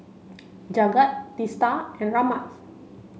Jagat Teesta and Ramnath